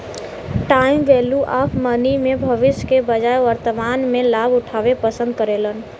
time value of money में भविष्य के बजाय वर्तमान में लाभ उठावे पसंद करेलन